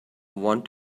want